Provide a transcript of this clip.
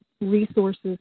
resources